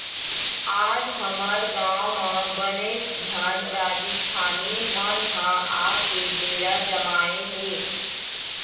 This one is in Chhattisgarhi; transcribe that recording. आज हमर गाँव म बनेच झन राजिस्थानी मन ह आके डेरा जमाए हे